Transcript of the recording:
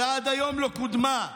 ועד היום לא קודמה.